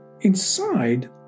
inside